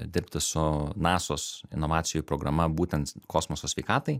dirbti su nasos inovacijų programa būtent kosmoso sveikatai